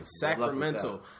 Sacramento